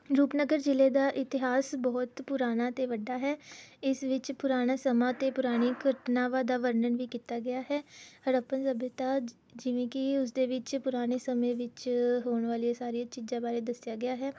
ਰੂਪਨਗਰ ਜ਼ਿਲ੍ਹੇ ਦਾ ਇਤਿਹਾਸ ਬਹੁਤ ਪੁਰਾਣਾ ਅਤੇ ਵੱਡਾ ਹੈ ਇਸ ਵਿੱਚ ਪੁਰਾਣਾ ਸਮਾਂ ਅਤੇ ਪੁਰਾਣੀ ਘਟਨਾਵਾਂ ਦਾ ਵਰਨਣ ਵੀ ਕੀਤਾ ਗਿਆ ਹੈ ਹੜੱਪਾ ਸੱਭਿਆਤਾ ਜਿ ਜਿਵੇਂ ਕਿ ਉਸਦੇ ਵਿੱਚ ਪੁਰਾਣੇ ਸਮੇਂ ਵਿੱਚ ਹੋਣ ਵਾਲੀਆਂ ਸਾਰੀਆਂ ਚੀਜ਼ਾਂ ਬਾਰੇ ਦੱਸਿਆ ਗਿਆ ਹੈ